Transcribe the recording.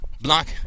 Block